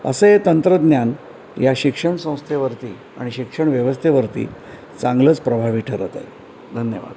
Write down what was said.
असे तंत्रज्ञान या शिक्षण संस्थेवरती आणि शिक्षण व्यवस्थेवरती चांगलंच प्रभावी ठरत आहे धन्यवाद